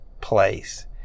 place